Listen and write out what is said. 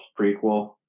prequel